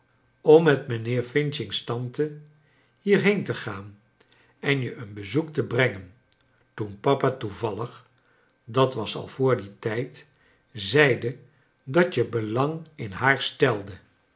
om met mijnheer f's tante hierheen te gaan en je een bezoek te brengen toen papa toevallig dat was al voor dien tijd zeide dat je belang in haar stelde